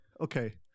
Okay